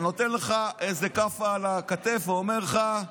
נותן לך איזה כאפה על הכתף ואומר לך: